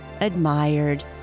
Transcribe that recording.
admired